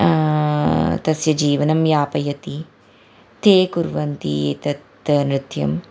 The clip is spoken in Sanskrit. तस्य जीवनं यापयति ते कुर्वन्ति एतत् नृत्यं